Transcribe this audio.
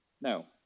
No